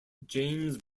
james